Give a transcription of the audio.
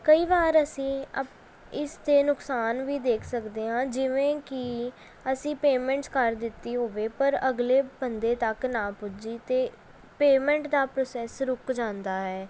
ਕਈ ਵਾਰ ਅਸੀਂ ਇਸ ਦੇ ਨੁਕਸਾਨ ਵੀ ਦੇਖ ਸਕਦੇ ਹਾਂ ਜਿਵੇਂ ਕਿ ਅਸੀਂ ਪੇਮੈਂਟਸ ਕਰ ਦਿੱਤੀ ਹੋਵੇ ਪਰ ਅਗਲੇ ਬੰਦੇ ਤੱਕ ਨਾ ਪੁੱਜੀ ਅਤੇ ਪੇਮੈਂਟ ਦਾ ਪ੍ਰੋਸੈਸ ਰੁੱਕ ਜਾਂਦਾ ਹੈ